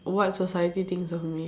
what society thinks of me